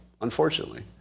unfortunately